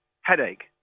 headache